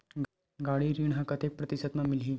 गाड़ी ऋण ह कतेक प्रतिशत म मिलही?